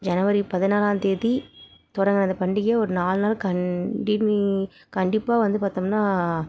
ஜனவரி பதினாலாந்தேதி தொடங்குற இந்த பண்டிகை ஒரு நாலு நாள் கண்டினி கண்டிப்பாக வந்து பார்த்தோம்னா